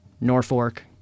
Norfolk